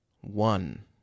one